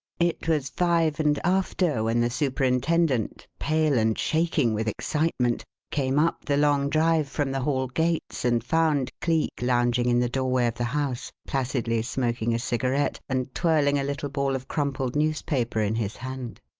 it was five and after when the superintendent, pale and shaking with excitement, came up the long drive from the hall gates and found cleek lounging in the doorway of the house, placidly smoking a cigarette and twirling a little ball of crumpled newspaper in his hand.